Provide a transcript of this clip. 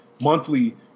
monthly